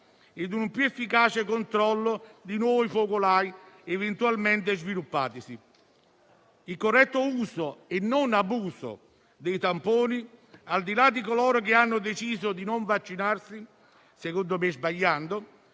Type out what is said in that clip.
ed un più efficace controllo di nuovi focolai eventualmente sviluppatisi. Il corretto uso e non abuso dei tamponi, al di là di coloro che hanno deciso di non vaccinarsi - secondo me sbagliando